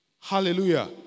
Hallelujah